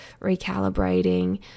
recalibrating